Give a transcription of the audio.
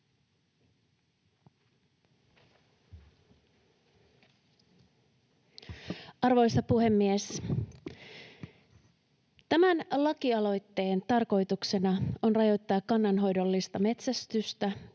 Arvoisa puhemies! Tämän lakialoitteen tarkoituksena on rajoittaa kannanhoidollista metsästystä,